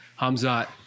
Hamzat